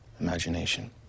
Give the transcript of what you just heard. imagination